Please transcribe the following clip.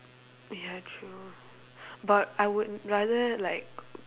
ya true but I would rather like